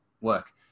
work